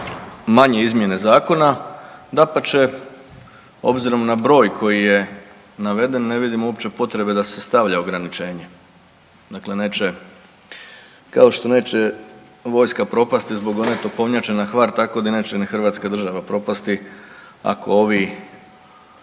manje izmjene zakona, dapače obzirom na broj koji je naveden ne vidim uopće potrebe da se stavlja ograničenje, dakle neće kao što neće vojska propasti zbog one topovnjače na Hvar tako ni neće Hrvatska država propasti ako ovi